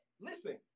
Listen